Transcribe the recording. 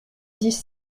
dix